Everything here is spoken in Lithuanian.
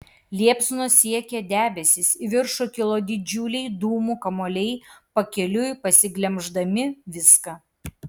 liepsnos siekė debesis į viršų kilo didžiuliai dūmų kamuoliai pakeliui pasiglemždami viską